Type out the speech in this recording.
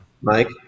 Mike